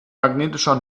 magnetischer